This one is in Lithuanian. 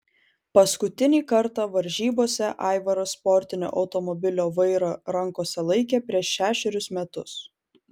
paskutinį kartą varžybose aivaras sportinio automobilio vairą rankose laikė prieš šešerius metus